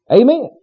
Amen